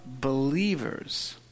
believers